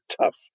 tough